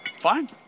Fine